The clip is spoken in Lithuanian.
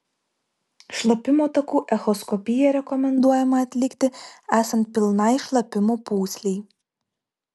šlapimo takų echoskopiją rekomenduojama atlikti esant pilnai šlapimo pūslei